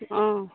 অঁ